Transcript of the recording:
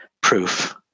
proof